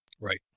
Right